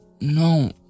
no